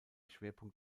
schwerpunkt